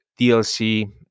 dlc